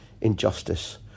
injustice